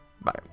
Bye